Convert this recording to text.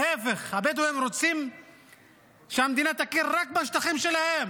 להפך, הבדואים רוצים שהמדינה תכיר רק בשטחים שלהם.